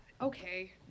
okay